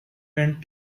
and